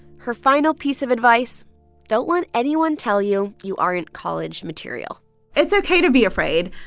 her final piece of advice don't let anyone tell you you aren't college material it's ok to be afraid.